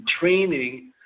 training